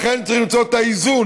לכן צריך למצוא את האיזון,